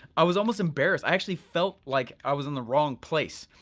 i was almost embarrassed. i actually felt like i was in the wrong place.